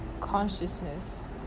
consciousness